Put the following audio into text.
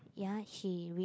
ya she read